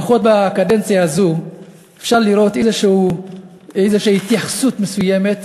לפחות בקדנציה הזאת אפשר לראות איזו התייחסות מסוימת: